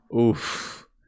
Oof